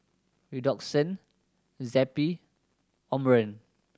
Redoxon Zappy and Omron